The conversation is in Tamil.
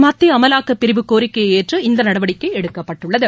மத்திய அமலாக்கப் பிரிவு கோரிக்கையை ஏற்று இந்த நடவடிக்கை எடுக்கப்பட்டுள்ளது